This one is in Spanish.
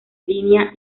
línea